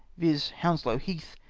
viz. hounslow heath,